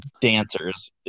dancers